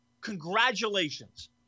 congratulations